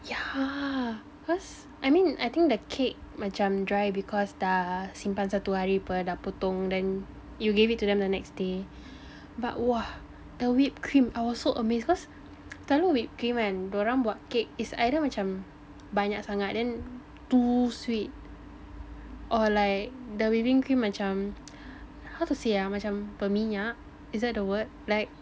yeah cause I mean I think the cake macam dry because dah simpan satu hari [pe] dah potong then you give it to them the next day but !wah! the whipped cream I was so amazed cause selalu whipped cream kan diorang buat cake is either macam banyak sangat then too sweet or like the whipping cream macam how to say ya macam berminyak is that the word like